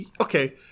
Okay